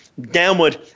downward